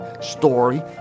story